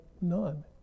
none